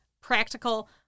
practical